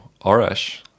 Arash